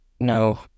No